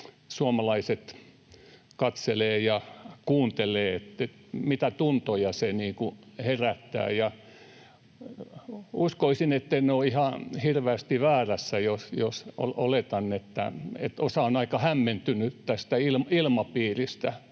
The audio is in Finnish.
suomalaiset katselevat ja kuuntelevat, mitä tuntoja se herättää. Uskoisin, etten ole ihan hirveästi väärässä, jos oletan, että osa on aika hämmentynyt tästä ilmapiiristä,